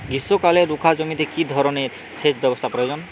গ্রীষ্মকালে রুখা জমিতে কি ধরনের সেচ ব্যবস্থা প্রয়োজন?